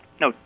No